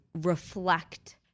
reflect